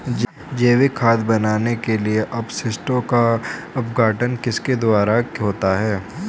जैविक खाद बनाने के लिए अपशिष्टों का अपघटन किसके द्वारा होता है?